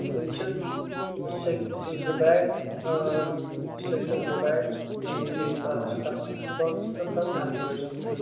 یِم چھِ سیٚکہِ زٕ بیگ سیٚکٮ۪س زٕ بیگ بیٚیہِ ترٛاوس تَتھ سٍتۍ دۄن سۭتٮ۪ن ترٛاوٕنۍ اَکھ بٲٹۍ سیٖمَٹ